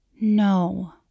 No